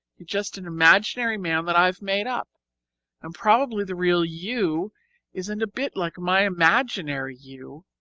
you're just an imaginary man that i've made up and probably the real you isn't a bit like my imaginary you.